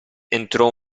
entrò